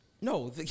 No